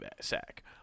sack